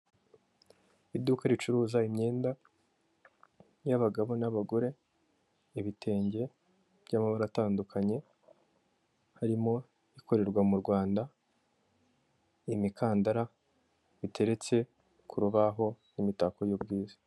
Iduka ricuruza imyenda y'abagabo n'abagore, ibitenge by'amabara atandukanye, harimo ikorerwa mu Rwanda, imikandara, biteretse ku rubaho n'imitako y'ubwiza.